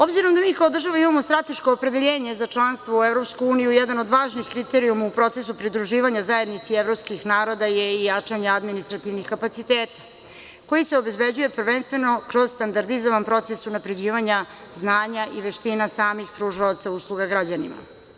Obzirom da mi kao država imamo strateško opredeljenje za članstvo u EU, jedan od važnih kriterijuma u procesu pridruživanja zajednici evropskih naroda je i jačanje administrativnih kapaciteta, kojim se obezbeđuje, prvenstveno kroz standardizovan proces unapređivanja znanja i veština samih pružalaca usluga građanima.